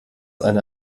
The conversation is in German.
eine